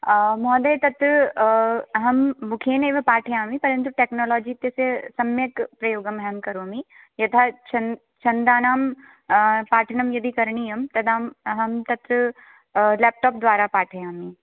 महोदय तत् अहं मुखेनैव पाठयामि परं तु टेक्नोलजि इत्यस्य सम्यक् प्रयोगमहं करोमि यथा छन्द् छन्दानां पाठनं यदि करणीयं तदा अहं तत् लेप्टोप् द्वारा पाठयामि